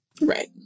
right